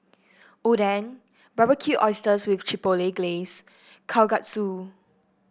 Oden Barbecued Oysters with Chipotle Glaze Kalguksu